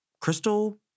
Crystal